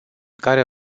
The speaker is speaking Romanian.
care